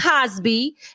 Cosby